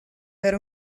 per